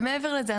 מעבר לזה,